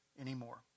anymore